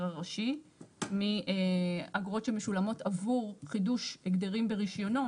הראשי מאגרות שמשולמות עבור חידוש הגדרים ברישיונו,